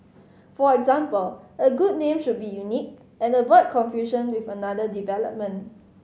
for example a good name should be unique and avoid confusion with another development